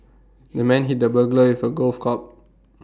the man hit the burglar with A golf club